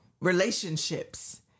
relationships